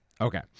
Okay